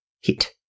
hit